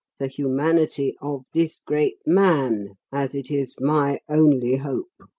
the humanity, of this great man, as it is my only hope.